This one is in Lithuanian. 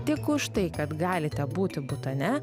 tik už tai kad galite būti butane